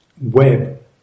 web